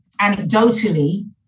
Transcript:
anecdotally